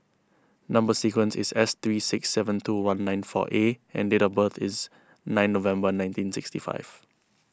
Number Sequence is S three six seven two one nine four A and date of birth is nine November nineteen sixty five